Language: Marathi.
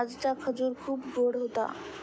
आजचा खजूर खूप गोड होता